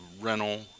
rental